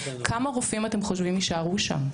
כמה רופאים אתם חושבים שיישארו שם?